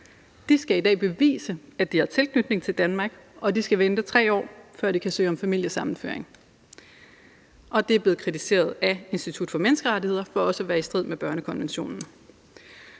De skal i dag bevise, at de har tilknytning til Danmark, og de skal vente 3 år, før de kan søge om familiesammenføring. Og det er blevet kritiseret af Institut for Menneskerettigheder for også at være i strid med børnekonventionen.